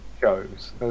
shows